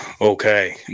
okay